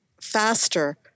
faster